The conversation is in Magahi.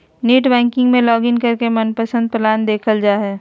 नेट बैंकिंग में लॉगिन करके मनपसंद प्लान देखल जा हय